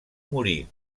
morir